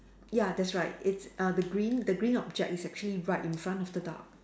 ya that's right it's uh the green the green object is actually right in front of the dog